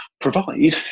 provide